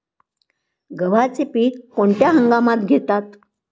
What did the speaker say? गव्हाचे पीक कोणत्या हंगामात घेतात?